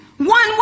one